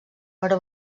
però